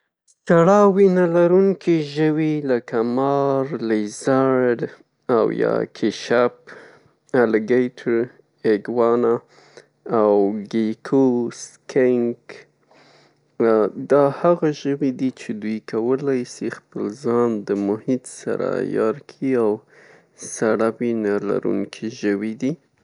سړه وینه لروونکي ژوي لکه مار، لیزرد او یا کیشپ، الیګیتر، اګوانا او ګیکوس، کینک دا هغه ژوي دي چې دوی کولی شي خپل ځال له محیط سره عیار کي او سړه وینه لروونکي ژوي دي.